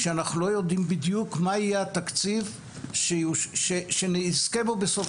כשאנחנו לא יודעים בדיוק מה יהיה התקציב שאנחנו נזכה בו בסוף